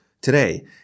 today